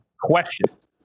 Questions